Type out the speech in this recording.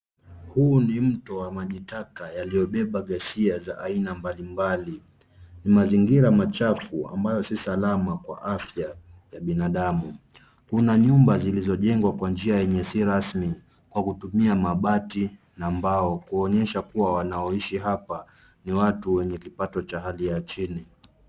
Huu ni mto wa maji taka yaliyobeba ghasia za aina mbalimbali. Ni mazingira machafu ambayo si salama kwa afya ya binadamu. Kuna nyumba zilizojengwa kwa njia yenye si rasmi kwa kutumia mabati na mbao kuonyesha kuwa wanaoishi hapa ni watu wenye kipato cha hali ya chini.